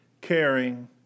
caring